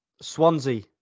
Swansea